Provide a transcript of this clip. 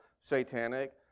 Satanic